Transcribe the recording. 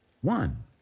one